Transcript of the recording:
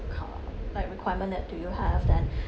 uh like requirement that do you have then